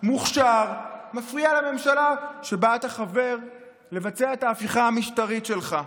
ומוכשר מפריע לממשלה שבה אתה חבר לבצע את ההפיכה המשטרית שלך,